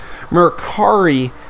Mercari